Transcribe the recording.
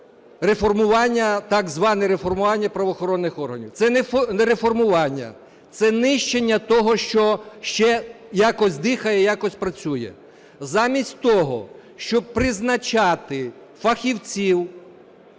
так зване реформування, правоохоронних органів. Це не реформування, це нищення того, що ще якось дихає, якось працює. Замість того, щоб призначати фахівців